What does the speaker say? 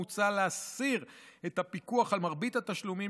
מוצע להסיר את הפיקוח על מרבית התשלומים